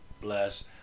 bless